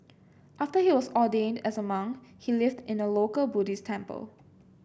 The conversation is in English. after he was ordained as a monk he lived in a local Buddhist temple